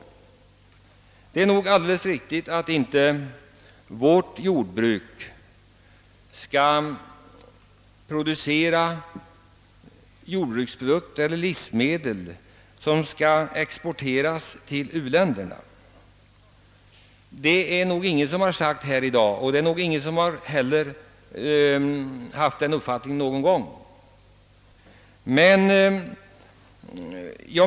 Ingen har sagt, och ingen har väl heller haft den uppfattningen, att vårt jordbruk skall producera livsmedel för export till u-länderna.